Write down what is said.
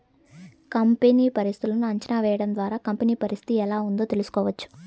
company పరిస్థితులను అంచనా వేయడం ద్వారా కంపెనీ పరిస్థితి ఎలా ఉందో తెలుసుకోవచ్చు